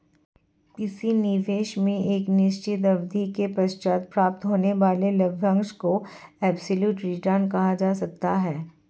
किसी निवेश में एक निश्चित अवधि के पश्चात प्राप्त होने वाले लाभांश को एब्सलूट रिटर्न कहा जा सकता है